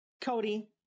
Cody